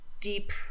deep